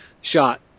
shot